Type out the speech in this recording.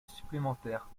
supplémentaire